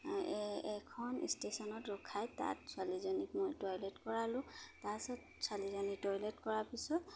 এখন ষ্টেচনত ৰখাই তাত ছোৱালীজনীক মই টয়লেট কৰালোঁ তাৰপিছত ছোৱালীজনী টয়লেট কৰাৰ পিছত